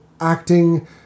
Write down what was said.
acting